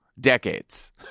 decades